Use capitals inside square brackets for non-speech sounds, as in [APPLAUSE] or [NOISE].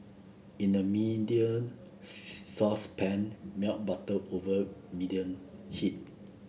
in a medium [UNINTELLIGIBLE] saucepan melt butter over medium heat